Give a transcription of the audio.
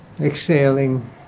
Exhaling